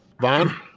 Vaughn